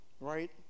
right